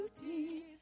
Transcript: beauty